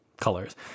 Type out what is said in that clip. colors